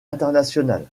internationale